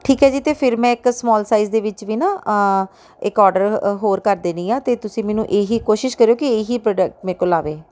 ਠੀਕ ਹੈ ਜੀ ਤਾਂ ਫਿਰ ਮੈਂ ਇੱਕ ਸਮੋਲ ਸਾਈਜ਼ ਦੇ ਵਿੱਚ ਵੀ ਨਾ ਇੱਕ ਔਡਰ ਅ ਹੋਰ ਕਰ ਦਿੰਦੀ ਹਾਂ ਅਤੇ ਤੁਸੀਂ ਮੈਨੂੰ ਇਹ ਕੋਸ਼ਿਸ਼ ਕਰਿਓ ਕਿ ਇਹੀ ਪ੍ਰੋਡਕ ਮੇਰੇ ਕੋਲ ਆਵੇ